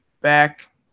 back